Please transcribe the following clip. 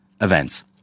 events